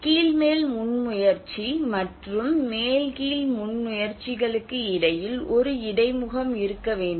கீழ் மேல் முன்முயற்சி மற்றும் மேல் கீழ் முன்முயற்சிகளுக்கு இடையில் ஒரு இடைமுகம் இருக்க வேண்டும்